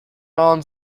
non